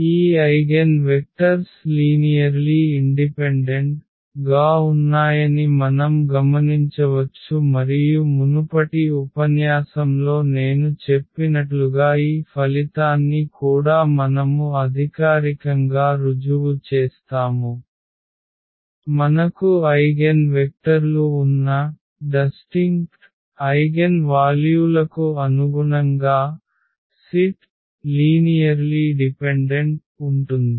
ఈ eigen vectors సరళంగా స్వతంత్రంగా ఉన్నాయని మనం గమనించవచ్చు మరియు మునుపటి ఉపన్యాసంలో నేను చెప్పినట్లుగా ఈ ఫలితాన్ని కూడా మనము అధికారికంగా రుజువు చేస్తాము మనకు ఐగెన్వెక్టర్లు ఉన్న విభిన్న ఐగెన్వాల్యూలకు అనుగుణంగా సమితి సరళంగా ఆధారపడి ఉంటుంది